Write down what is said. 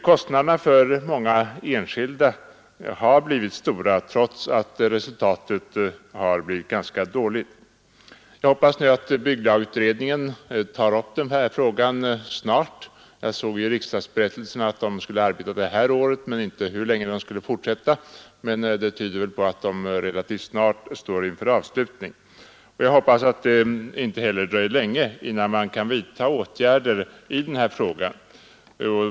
Kostnaderna för många enskilda har blivit stora trots att resultatet blivit ganska dåligt. Jag hoppas nu att bygglagutredningen tar upp den här frågan snart. Jag såg i riksdagsberättelsen att utredningen beräknas arbeta hela det här året. Det tyder kanske på att den relativt snart står inför sin avslutning. Och jag hoppas därför att det inte heller dröjer länge innan det kan vidtas åtgärder i den berörda frågan.